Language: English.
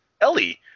Ellie